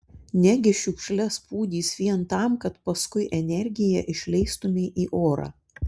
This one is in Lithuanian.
negi šiukšles pūdys vien tam kad paskui energiją išleistumei į orą